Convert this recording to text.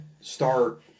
start